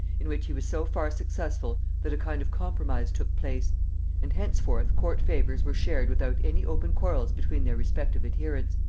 in which he was so far successful that a kind of compromise took place and henceforth court favors were shared without any open quarrels between their respective adherents.